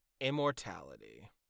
immortality